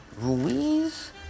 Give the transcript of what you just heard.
Ruiz